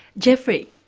jeffrey.